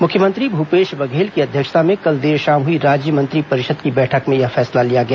मुख्यमंत्री भूपेश बघेल की अध्यक्षता में कल देर शाम हुई राज्य मंत्रिपरिषद की बैठक में यह फैसला लिया गया